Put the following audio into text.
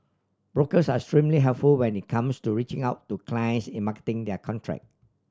brokers are extremely helpful when it comes to reaching out to clients in marketing their contract